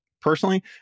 personally